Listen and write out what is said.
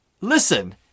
Listen